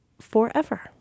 forever